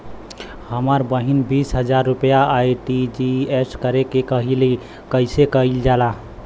हमर बहिन बीस हजार रुपया आर.टी.जी.एस करे के कहली ह कईसे कईल जाला?